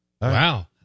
Wow